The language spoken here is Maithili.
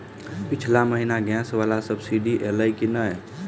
पिछला महीना गैस वला सब्सिडी ऐलई की नहि?